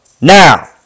Now